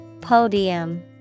Podium